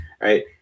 right